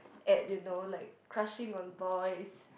at you know like crushing on boys